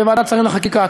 בוועדת השרים לחקיקה.